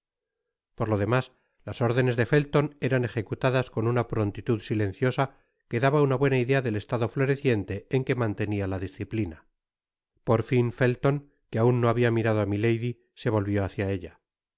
las órdenes de felton eran ejecutadas con una prontitud silenciosa que daba una buena idea del estado floreciente en que mantenia la disciplina por fin felton que aun no habia mirado á milady se volvió hácia ella ah